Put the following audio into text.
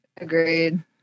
agreed